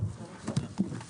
הישיבה ננעלה בשעה 13:10.